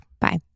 Bye